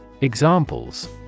Examples